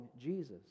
Jesus